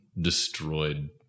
destroyed